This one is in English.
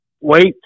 wait